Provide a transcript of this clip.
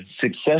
success